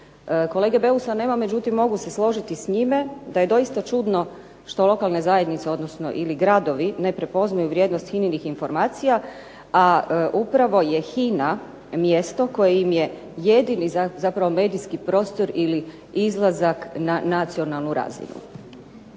Kolege Beusa nema, međutim mogu se složiti s njime da je doista čudno što lokalne zajednice, odnosno ili gradovi ne prepoznaju vrijednost HINA-inih informacija, a upravo je HINA mjesto koje im je jedini zapravo medijski prostor ili izlazak na nacionalnu razinu.